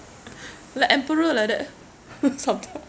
like emperor like that some time